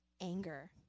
anger